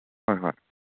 ꯍꯣꯏ ꯍꯣꯏ